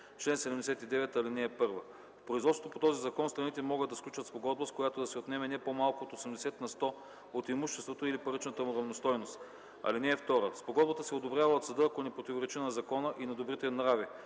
чл. 79: „Чл. 79. (1) В производството по този закон страните могат да сключат спогодба, с която да се отнеме не по-малко от 80 на сто от имуществото или паричната му равностойност. (2) Спогодбата се одобрява от съда, ако не противоречи на закона и на добрите нрави.